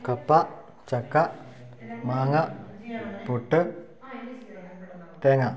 കപ്പ ചക്ക മാങ്ങ പുട്ട് തേങ്ങ